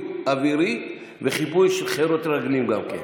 אווירי וחיפוי של חילות רגלים גם כן.